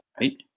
right